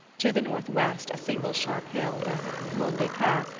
to the northwest a single sharp hill, the mont des cats,